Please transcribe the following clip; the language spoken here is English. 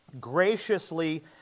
graciously